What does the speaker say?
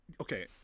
Okay